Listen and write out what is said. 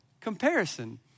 comparison